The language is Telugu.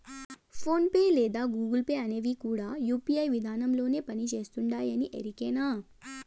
ఫోన్ పే లేదా గూగుల్ పే అనేవి కూడా యూ.పీ.ఐ విదానంలోనే పని చేస్తుండాయని ఎరికేనా